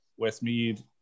Westmead